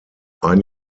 ein